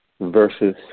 versus